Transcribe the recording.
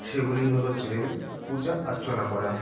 সেগুলি হল যে পূজা অর্চনা করা